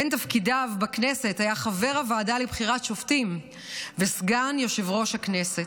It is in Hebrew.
בין תפקידיו בכנסת היה חבר הוועדה לבחירת שופטים וסגן יושב-ראש הכנסת,